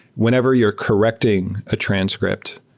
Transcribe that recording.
whenever you're correcting a transcript,